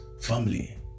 family